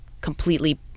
completely